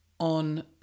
on